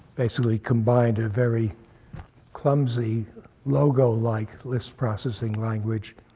basically combined a very clumsy logo-like lisp processing language